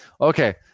okay